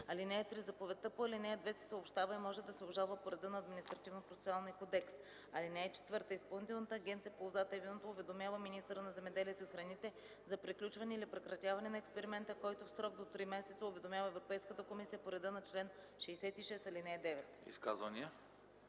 (3) Заповедта по ал. 2 се съобщава и може да се обжалва по реда на Административнопроцесуалния кодекс. (4) Изпълнителната агенция по лозата и виното уведомява министъра на земеделието и храните за приключване или прекратяване на експеримента, който в срок до три месеца уведомява Европейската комисия по реда на чл. 66, ал. 9.”